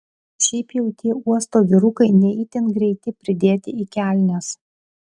šiaip jau tie uosto vyrukai ne itin greiti pridėti į kelnes